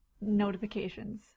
notifications